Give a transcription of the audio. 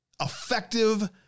effective